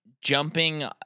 jumping